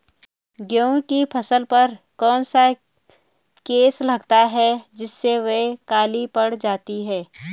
गेहूँ की फसल पर कौन सा केस लगता है जिससे वह काले पड़ जाते हैं?